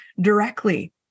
directly